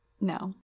No